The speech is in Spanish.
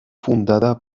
fundada